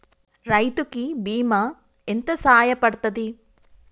రైతు కి బీమా ఎంత సాయపడ్తది?